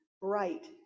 bright